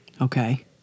Okay